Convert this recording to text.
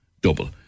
double